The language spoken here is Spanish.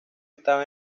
estaba